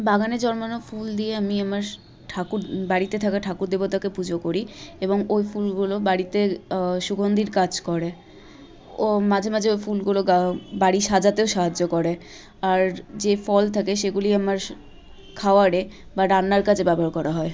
বাগানে জন্মানো ফুল দিয়ে আমি আমার ঠাকুর বাড়িতে থাকা ঠাকুর দেবতাকে পুজো করি এবং ওই ফুলগুলো বাড়িতে সুগন্ধীর কাজ করে ও মাঝেমাঝে ও ফুলগুলো বাড়ি সাজাতেও সাহায্য করে আর যে ফল থাকে সেগুলি আমার খাবারে বা রান্নার কাজে ব্যবহার করা হয়